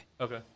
Okay